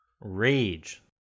Rage